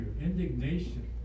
indignation